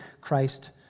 Christ